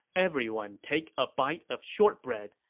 everyone take a bite of shortbread.